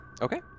Okay